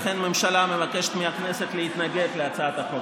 לכן הממשלה מבקשת מהכנסת להתנגד להצעת החוק.